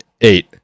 Eight